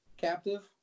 captive